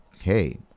Hey